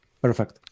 Perfect